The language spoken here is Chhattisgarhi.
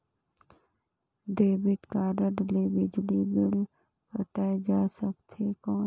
डेबिट कारड ले बिजली बिल पटाय जा सकथे कौन?